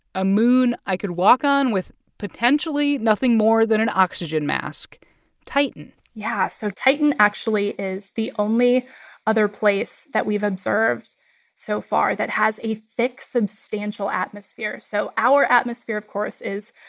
a moon i could walk on with potentially nothing more than an oxygen mask titan yeah. so titan actually is the only other place that we've observed so far that has a thick, substantial atmosphere. so our atmosphere, of course, is,